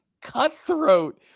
cutthroat